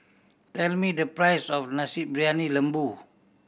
tell me the price of Nasi Briyani Lembu